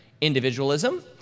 individualism